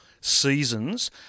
seasons